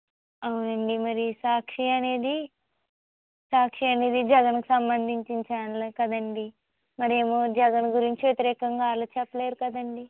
అవునండీ మరి సాక్షి అనేది సాక్షి అనేది సాక్షి అనేది జగన్కి సంబంధించిన ఛానల్ కదండీ మరేమో జగన్ గురించి వ్యతిరేకంగా వాళ్ళు చెప్పలేరుకదండి